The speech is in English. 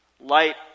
Light